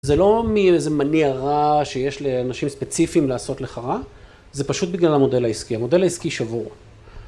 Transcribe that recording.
זה לא מאיזה מניע רע שיש לאנשים ספציפיים לעשות לך רע, זה פשוט בגלל המודל העסקי, המודל העסקי שבור.